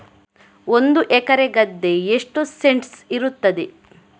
ಒಂದು ಎಕರೆ ಗದ್ದೆ ಎಷ್ಟು ಸೆಂಟ್ಸ್ ಇರುತ್ತದೆ?